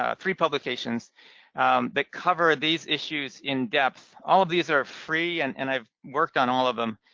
ah three publications that cover these issues in depth. all of these are free and and i've worked on all of them.